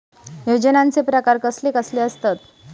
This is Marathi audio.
योजनांचे प्रकार कसले कसले असतत?